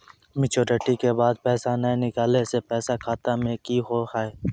Maturity के बाद पैसा नए निकले से पैसा खाता मे की होव हाय?